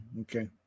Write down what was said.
Okay